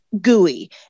gooey